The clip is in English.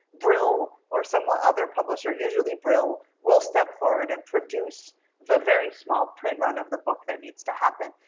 brill or some ah other publisher, usually brill, will step forward and produce the very small print run of the book that needs to happen.